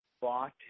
bought